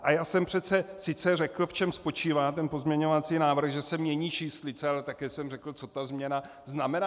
A já jsem přece sice řekl, v čem spočívá ten pozměňovací návrh, že se mění číslice, ale také jsem řekl, co ta změna znamená.